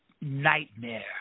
nightmare